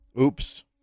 Oops